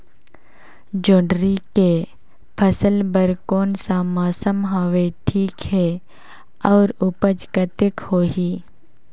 जोंदरी के फसल बर कोन सा मौसम हवे ठीक हे अउर ऊपज कतेक होही?